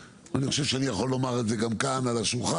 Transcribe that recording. אני חושב שאני יכול לומר את זה גם כאן על השולחן,